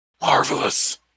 Marvelous